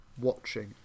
watching